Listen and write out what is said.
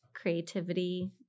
creativity